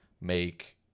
make